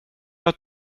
att